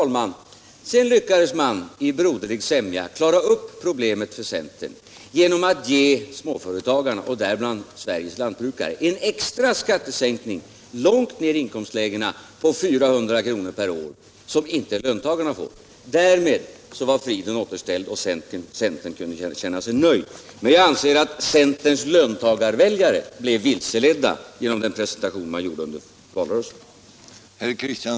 Men sedan, herr talman, lyckades man i broderlig sämja klara upp problemet för centern genom att ge småföretagarna, däribland Sveriges lantbrukare, långt ner i inkomstlägena en extra skattesänkning på 400 kr. per år — som inte löntagarna får! Därmed var friden återställd och centern kunde känna sig nöjd. Jag anser att centerns löntagarväljare blev vilseledda genom den presentation som centern gjorde under valrörelsen.